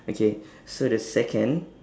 okay so the second